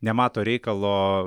nemato reikalo